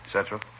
Central